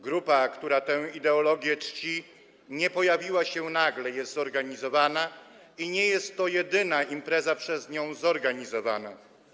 Grupa, która tę ideologię czci, nie pojawiła się nagle, jest zorganizowana i nie jest to jedyna impreza przez nią zorganizowana.